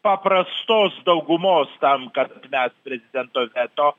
paprastos daugumos tam kad atmest prezidento veto